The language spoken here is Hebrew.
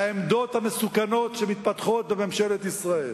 לעמדות המסוכנות שמתפתחות בממשלת ישראל.